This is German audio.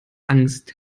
angst